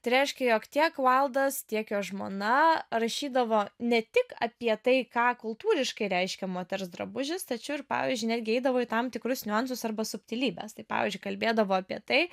tai reiškia jog tiek vaildas tiek jo žmona rašydavo ne tik apie tai ką kultūriškai reiškia moters drabužis tačiau ir pavyzdžiui netgi eidavo į tam tikrus niuansus arba subtilybes tai pavyzdžiui kalbėdavo apie tai